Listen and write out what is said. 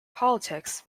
politics